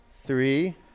three